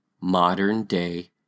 modern-day